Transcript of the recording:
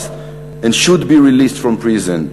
and should be released from prison"